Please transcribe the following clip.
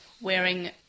wearing